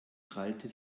krallte